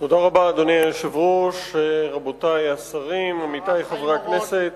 אדוני היושב-ראש, רבותי השרים, עמיתי חברי הכנסת,